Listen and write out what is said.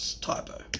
typo